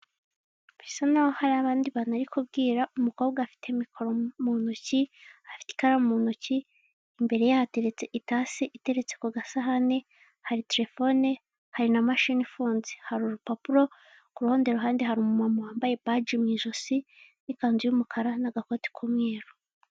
Bisa n'aho hari abandi bantu ari kubwira, umukobwa afite mikoro mu ntoki, afite ikaramu ntoki, imbere hateretse itasi iteretse ku gasahani, hari telefone, hari na mashini ifunze. Hari urupapuro ku rundi ruhande hari umuntu wambaye baji mu ijosi, n'ikanzu y'umukara, n'agakoti k'umweru.